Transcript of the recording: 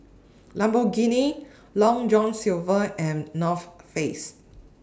Lamborghini Long John Silver and North Face